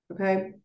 okay